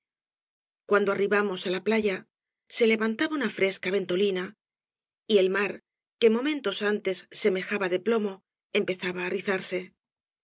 cuando arribamos á la playa se levantaba obras de valle inclan una fresca ventolina y el mar que momentos antes semejaba de plomo empezaba á rizarse